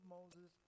Moses